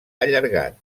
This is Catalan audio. allargat